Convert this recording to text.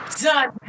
done